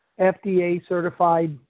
FDA-certified